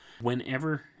whenever